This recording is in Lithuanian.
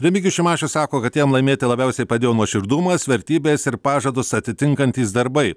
remigijus šimašius sako kad jam laimėti labiausiai padėjo nuoširdumas vertybės ir pažadus atitinkantys darbai